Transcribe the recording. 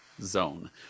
zone